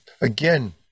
again